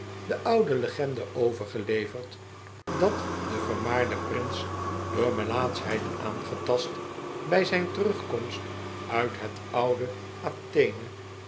de oude legende overgeleverd dat de vermaarde prins door melaatsehheid aangetast bij zijn terugkomst uit het oude athene